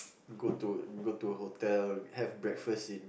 go to go to hotel have breakfast in